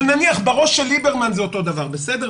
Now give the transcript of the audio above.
אבל, נניח, שבראש של ליברמן זה אותו דבר, בסדר?